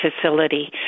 facility